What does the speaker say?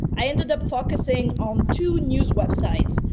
i ended up focusing on two news websites,